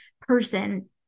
person